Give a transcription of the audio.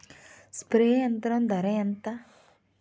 Spray యంత్రం ధర ఏంతా?